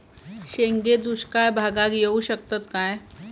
शेंगे दुष्काळ भागाक येऊ शकतत काय?